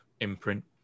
imprint